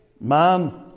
man